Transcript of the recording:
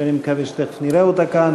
שאני מקווה שתכף נראה אותה כאן,